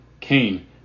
Cain